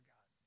God